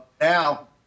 Now